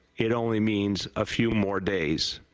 it only means a few more days,